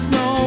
no